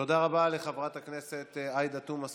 תודה רבה לחברת הכנסת עאידה תומא סלימאן.